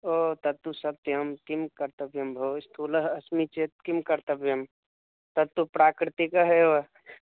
ओ तत्तु सत्यं किं कर्तव्यं भोः स्थूलः अस्मि चेत् किं कर्तव्यं तत्तु प्राकृतिकम् एव